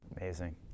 Amazing